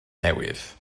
newydd